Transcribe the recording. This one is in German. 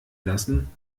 lassen